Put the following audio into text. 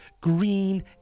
Green